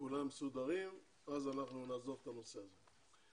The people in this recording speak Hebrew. וכולם מסודרים ואז אנחנו נעזוב את הנושא הזה.